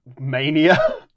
mania